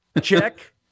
Check